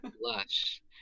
blush